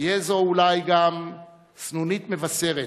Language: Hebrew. ותהיה זאת אולי גם סנונית מבשרת